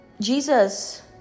Jesus